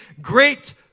great